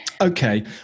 Okay